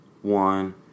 one